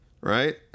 right